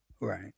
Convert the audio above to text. Right